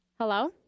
Hello